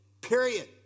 period